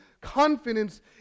confidence